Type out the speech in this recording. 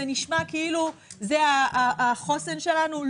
זה נשמע כאילו זה החוסן שלנו.